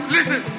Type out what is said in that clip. Listen